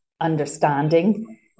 understanding